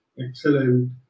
excellent